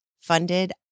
funded